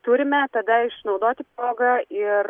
turime tada išnaudoti progą ir